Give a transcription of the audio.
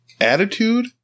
attitude